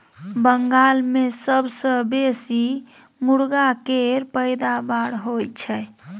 बंगाल मे सबसँ बेसी मुरगा केर पैदाबार होई छै